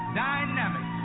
dynamic